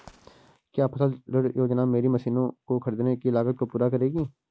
क्या फसल ऋण योजना मेरी मशीनों को ख़रीदने की लागत को पूरा करेगी?